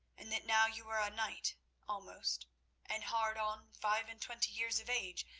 and that now you are a knight almost and hard on five-and twenty years of age,